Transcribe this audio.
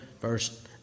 verse